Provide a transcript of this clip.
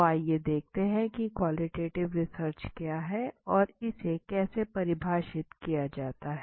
तो आइए देखते हैं कि क्वालिटेटिव रिसर्च क्या है और इसे कैसे परिभाषित किया जाता है